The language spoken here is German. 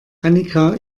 annika